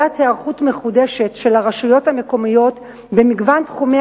היערכות מחודשת של הרשויות המקומיות במגוון תחומי